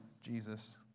Jesus